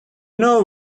know